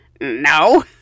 no